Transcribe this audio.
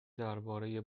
درباره